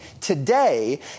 today